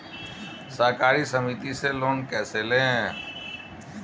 सहकारी समिति से लोन कैसे लें?